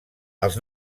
els